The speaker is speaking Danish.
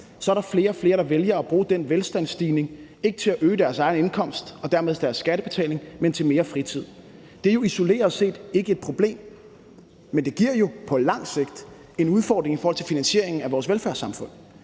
bliver, jo flere er der, der vælger at bruge den velstandsstigning ikke til at øge deres egen indkomst og dermed deres skattebetaling, men til mere fritid. Det er jo isoleret set ikke et problem, men det giver på lang sigt en udfordring i forhold til finansiering af vores velfærdssamfund.